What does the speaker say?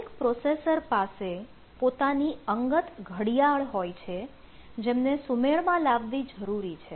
દરેક પ્રોસેસર પાસે પોતાની અંગત ઘડિયાળ હોય છે જેમને સુમેળમાં લાવવી જરૂરી છે